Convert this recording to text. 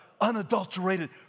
unadulterated